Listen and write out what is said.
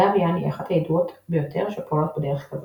דביאן היא אחת הידועות ביותר שפועלות בדרך כזאת.